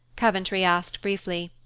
coventry asked briefly,